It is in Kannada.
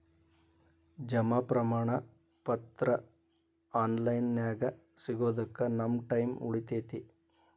ಜಮಾ ಪ್ರಮಾಣ ಪತ್ರ ಆನ್ ಲೈನ್ ನ್ಯಾಗ ಸಿಗೊದಕ್ಕ ನಮ್ಮ ಟೈಮ್ ಉಳಿತೆತಿ